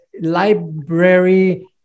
library